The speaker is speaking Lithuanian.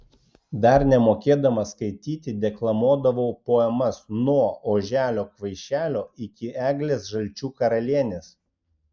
dar nemokėdama skaityti deklamuodavau poemas nuo oželio kvaišelio iki eglės žalčių karalienės